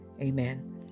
Amen